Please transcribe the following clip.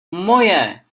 moje